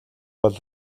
бол